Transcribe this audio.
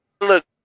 Look